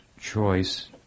choice